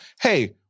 Hey